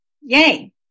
Yay